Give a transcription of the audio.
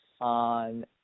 on